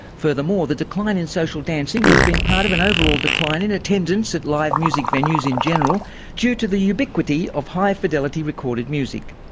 furthermore the decline in social dancing has been part of an overall decline in attendance at live music venues in general due to the ubiquity of high fidelity recorded music.